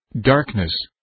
Darkness